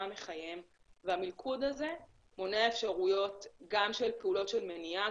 מחייהם והמלכוד הזה מונע אפשרויות גם של פעולות של מניעה,